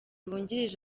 wungirije